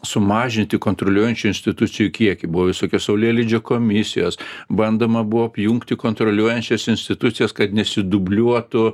sumažinti kontroliuojančių institucijų kiekį buvo visokios saulėlydžio komisijos bandoma buvo apjungti kontroliuojančias institucijas kad nesidubliuotų